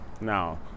Now